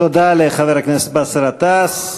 תודה לחבר הכנסת באסל גטאס.